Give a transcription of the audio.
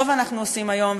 טוב אנחנו עושים היום,